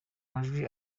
majwi